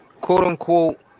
quote-unquote